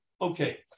Okay